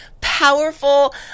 powerful